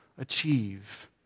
Achieve